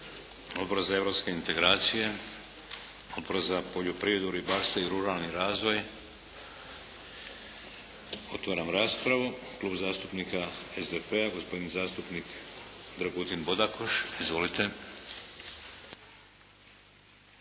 Otvaram raspravu. Klub zastupnika SDP-a gospodin zastupnik Dragutin Bodakoš. Izvolite.